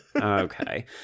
Okay